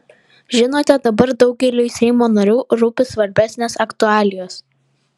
žinote dabar daugeliui seimo narių rūpi svarbesnės aktualijos